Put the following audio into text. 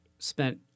spent